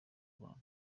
rwanda